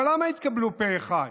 אבל למה הן התקבלו פה אחד?